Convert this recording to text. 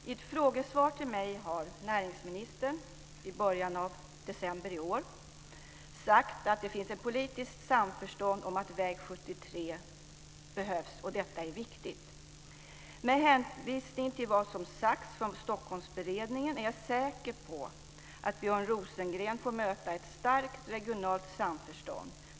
I ett frågesvar till mig har näringsministern i början av december i år sagt att det finns ett politiskt samförstånd om att väg 73 behövs och att väg 73 är viktig. Med hänvisning till vad som sagts från Stockholmsberedningen är jag säker på att Björn Rosengren får möta ett starkt regionalt samförstånd.